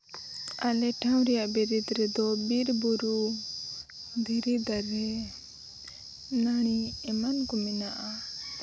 ᱟᱞᱮ ᱴᱷᱟᱶ ᱨᱮᱭᱟᱜ ᱵᱤᱨᱤᱫᱽ ᱨᱮᱫᱚ ᱵᱤᱨᱼᱵᱩᱨᱩ ᱫᱷᱤᱨᱤ ᱫᱟᱨᱮ ᱱᱟᱹᱲᱤ ᱮᱢᱟᱱ ᱠᱚ ᱢᱮᱱᱟᱜᱼᱟ